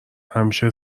همیشه